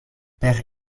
per